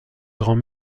grand